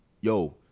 Yo